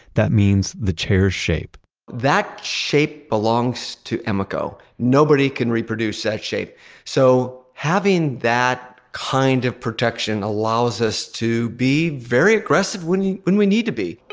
that means the chair's shape that shape belongs to emeco, nobody can reproduce that shape so having that kind of protection allows us to be very aggressive when when we need to be